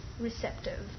receptive